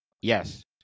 yes